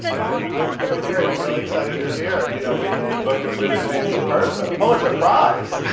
i'm i'm doing great, i'm really excited you're here. you know we we booked a really fancy person, a pulitzer prize!